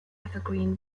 evergreen